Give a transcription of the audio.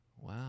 Wow